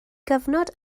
gyfnod